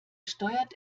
steuert